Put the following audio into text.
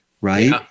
right